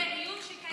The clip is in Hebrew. זה איום שקיים.